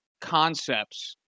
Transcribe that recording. concepts